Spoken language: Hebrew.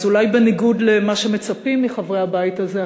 אז אולי בניגוד למה שמצפים מחברי הבית הזה,